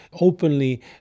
openly